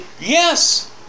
Yes